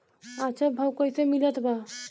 अच्छा भाव कैसे मिलत बा?